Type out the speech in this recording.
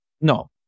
No